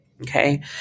Okay